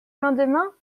lendemain